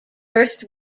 first